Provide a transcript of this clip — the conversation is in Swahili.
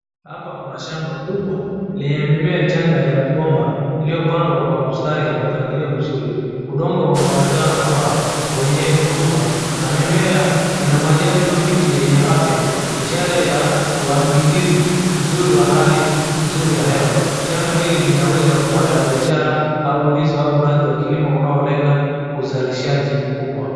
Hapa kuna shamba kubwa, lenye mimea changa ya migomba, iliyopandwa kwa mstari wa mpangilio mzuri. Udongo unaonekana kuwa wenye rotuba na mimea ina majani mabichi yenye afya ishara ya uangilizi, uzuri wa hali, uzuri wa hewa. Shamba hili linaweza kuwa ya biashara au ndizi au mradi wa kilimo unaolenga uzalishaji mkubwa.